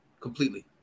completely